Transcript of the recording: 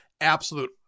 absolute